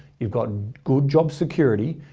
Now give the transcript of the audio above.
you've got good job security,